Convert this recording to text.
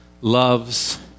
loves